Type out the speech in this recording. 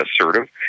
assertive